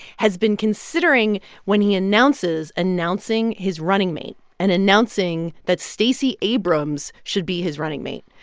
has been considering when he announces announcing his running mate and announcing that stacey abrams should be his running mate.